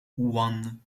one